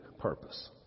purpose